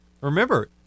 remember